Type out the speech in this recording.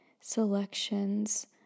selections